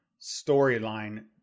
storyline